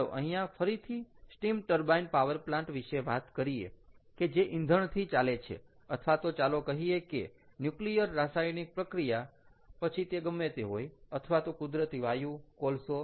ચાલો અહીંયા ફરીથી સ્ટીમ ટર્બાઇન પાવર પ્લાન્ટ વિશે વાત કરીએ કે જે ઈંધણથી ચાલે છે અથવા તો ચાલો કહીએ કે ન્યુક્લિયર રાસાયણિક પ્રક્રિયા પછી તે ગમે તે હોય અથવા તો કુદરતી વાયુ કોલસો